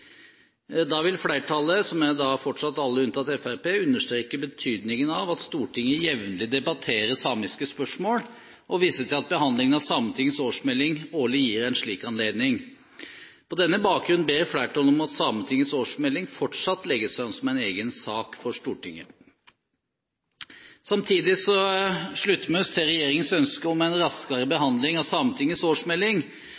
Da vil flertallet, som fortsatt er alle unntatt Fremskrittspartiet, understreke betydningen av at Stortinget jevnlig debatterer samiske spørsmål, og viser til at behandlingen av Sametingets årsmelding årlig gir en slik anledning. På denne bakgrunn ber flertallet om at Sametingets årsmelding fortsatt legges fram som en egen sak for Stortinget. Samtidig slutter vi oss til regjeringens ønske om en raskere